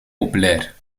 populair